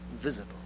visible